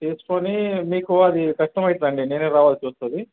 తీసుకుని మీకు అది కష్టం అయితదండి నేనే రావాల్సి వస్తుంది